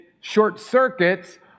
short-circuits